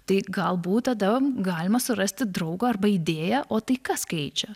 tai galbūt tada galima surasti draugą arba idėją o tai kas keičia